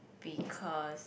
because